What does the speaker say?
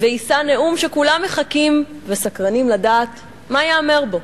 ויישא נאום שכולם מחכים וסקרנים לדעת מה ייאמר בו.